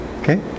Okay